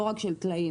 לא רק של טלאים,